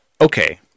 okay